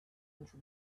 into